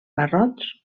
barrots